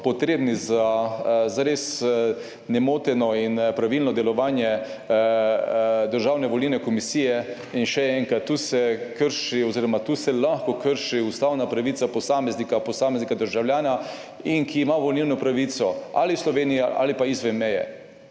potrebni za zares nemoteno in pravilno delovanje Državne volilne komisije. In še enkrat, tu se krši oziroma tu se lahko krši ustavna pravica posameznika, posameznega državljana in ki ima volilno pravico ali Slovenija ali pa izven meje.